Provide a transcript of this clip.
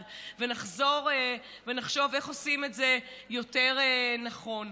ונחזור ונחשוב איך עושים את זה יותר נכון.